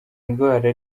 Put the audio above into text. ndwara